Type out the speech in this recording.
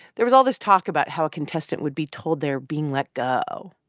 there was all this talk about how a contestant would be told they're being let go.